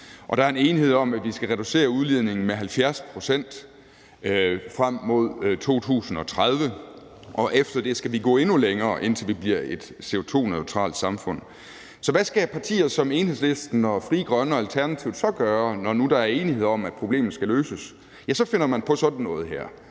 der er en enighed om, at vi skal reducere udledningen med 70 pct. frem mod 2030, og at vi efter det skal gå endnu længere, indtil vi bliver et CO2-neutralt samfund. Så hvad skal partier som Enhedslisten og Frie Grønne og Alternativet så gøre, når nu der er enighed om, at problemet skal løses? Ja, så finder man på sådan noget her,